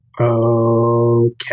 Okay